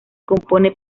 compone